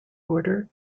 order